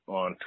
on